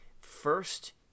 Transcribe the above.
First